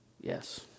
Yes